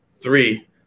three